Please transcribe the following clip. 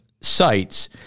sites